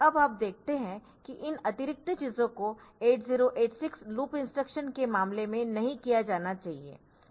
अब आप देखते है कि इन अतिरिक्त चीजों को 8086 लूप इंस्ट्रक्शन के मामले में नहीं किया जाना चाहिए